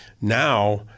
Now